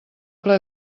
ple